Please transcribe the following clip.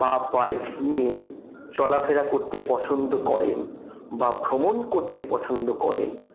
বা বাইক নিয়ে চলাফেরা করতে পছন্দ করেন বা ভ্রমণ করতে পছন্দ করেন